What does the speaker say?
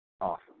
Awesome